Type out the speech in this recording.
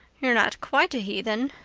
you're not quite a heathen.